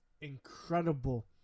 incredible